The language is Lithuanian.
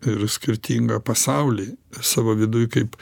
ir skirtingą pasaulį savo viduj kaip